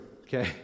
okay